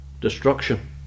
destruction